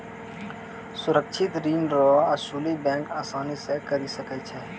सुरक्षित ऋण रो असुली बैंक आसानी से करी सकै छै